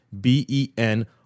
B-E-N